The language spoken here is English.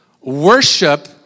Worship